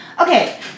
okay